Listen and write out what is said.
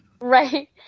Right